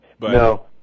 No